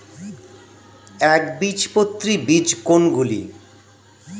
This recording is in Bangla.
একবীজপত্রী বীজ কোন গুলি?